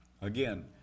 Again